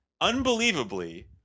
unbelievably –